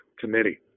committee